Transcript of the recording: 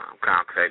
contact